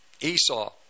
Esau